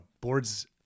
Boards